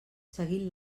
seguint